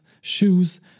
shoes